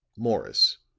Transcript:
morris,